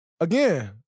again